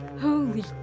Holy